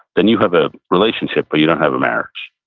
then you have a relationship, but you don't have a marriage.